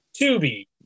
Tubi